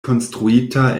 konstruita